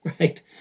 right